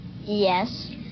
Yes